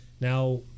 Now